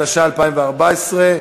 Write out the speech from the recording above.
התשע"ה 2014,